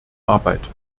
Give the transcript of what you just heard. arbeit